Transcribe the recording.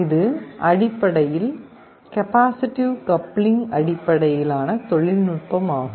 இது அடிப்படையில் capacitive coupling அடிப்படையிலான தொழில்நுட்பமாகும்